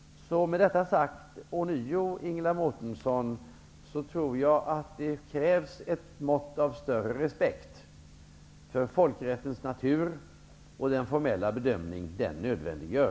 Med detta sagt ånyo tror jag, Ingela Mårtensson, att det krävs ett mått av större respekt för folkrättens natur och för den formella bedömning som denna nödvändiggör.